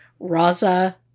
Raza